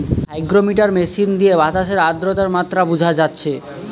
hygrometer machine দিয়ে বাতাসের আদ্রতার মাত্রা বুঝা যাচ্ছে